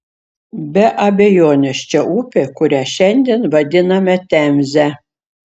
be abejonės čia upė kurią šiandien vadiname temze